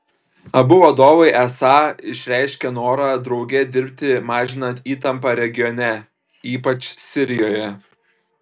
abu vadovai esą išreiškė norą drauge dirbti mažinant įtampą regione ypač sirijoje